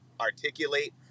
articulate